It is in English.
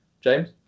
James